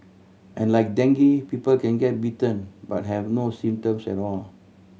and like dengue people can get bitten but have no symptoms at all